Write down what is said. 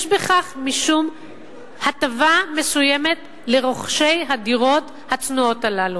יש בכך משום הטבה מסוימת לרוכשי הדירות הצנועות הללו.